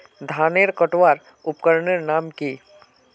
धानेर कटवार उपकरनेर नाम की?